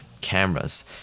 cameras